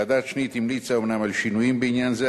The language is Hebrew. ועדת-שניט המליצה אומנם על שינויים בעניין זה,